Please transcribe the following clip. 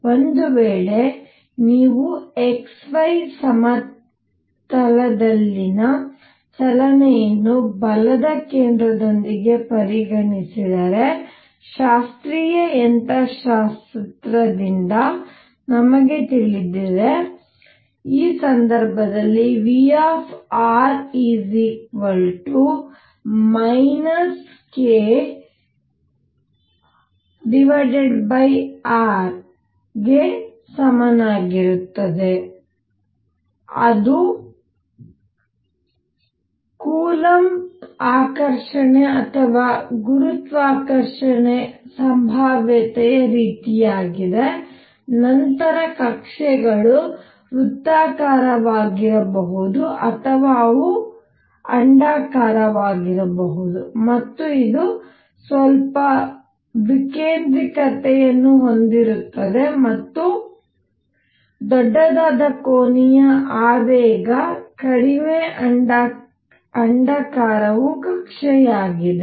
ಒಂದು ವೇಳೆ ನೀವು xy ಸಮತಲದಲ್ಲಿನ ಚಲನೆಯನ್ನು ಬಲದ ಕೇಂದ್ರದೊಂದಿಗೆ ಪರಿಗಣಿಸಿದರೆ ಶಾಸ್ತ್ರೀಯ ಯಂತ್ರಶಾಸ್ತ್ರದಿಂದ ನಮಗೆ ತಿಳಿದಿದೆ ಈ ಸಂದರ್ಭದಲ್ಲಿ V k r ಗೆ ಸಮನಾಗಿದ್ದರೆ ಅದು ಕೂಲಂಬ್ ಆಕರ್ಷಕಣೆ ಅಥವಾ ಗುರುತ್ವಾಕರ್ಷಣೆಯ ಸಂಭಾವ್ಯತೆಯ ರೀತಿಯಾಗಿದೆ ನಂತರ ಕಕ್ಷೆಗಳು ವೃತ್ತಾಕಾರವಾಗಿರಬಹುದು ಅಥವಾ ಅವು ಅಂಡಾಕಾರವಾಗಿರಬಹುದು ಮತ್ತು ಇದು ಸ್ವಲ್ಪ ವಿಕೇಂದ್ರೀಯತೆಯನ್ನು ಹೊಂದಿರುತ್ತದೆ ಮತ್ತು ದೊಡ್ಡದಾದ ಕೋನೀಯ ಆವೇಗ ಕಡಿಮೆ ಅಂಡಾಕಾರವು ಕಕ್ಷೆಯಾಗಿದೆ